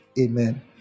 Amen